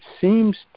seems